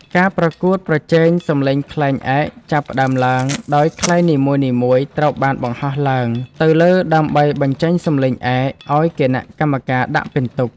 ការប្រកួតប្រជែងសំឡេងខ្លែងឯកចាប់ផ្ដើមឡើង ដោយខ្លែងនីមួយៗត្រូវបានបង្ហោះឡើងទៅលើដើម្បីបញ្ចេញសំឡេងឯក ឱ្យគណៈកម្មការដាក់ពិន្ទុ។